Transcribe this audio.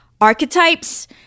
Archetypes